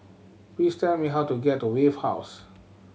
please tell me how to get to Wave House